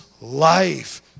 life